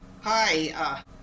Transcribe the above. Hi